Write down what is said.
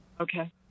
Okay